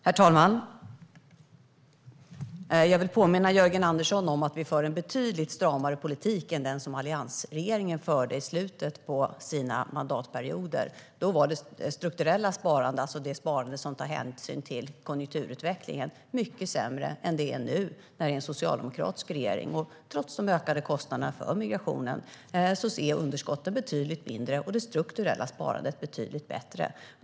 Herr talman! Jag vill påminna Jörgen Andersson om att vi för en betydligt stramare politik än den som alliansregeringen förde i slutet av sina mandatperioder. Då var det strukturella sparandet, alltså det sparande som tar hänsyn till konjunkturutvecklingen, mycket sämre än det är nu, när det är socialdemokratisk regering. Trots de ökade kostnaderna för migrationen är underskotten betydligt mindre och det strukturella sparandet betydligt bättre.